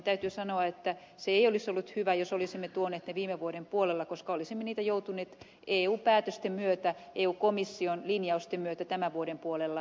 täytyy sanoa että ei olisi ollut hyvä jos olisimme tuoneet ne viime vuoden puolella koska olisimme niitä joutuneet eu päätösten myötä eu komission linjausten myötä tämän vuoden puolella korjaamaan